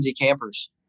campers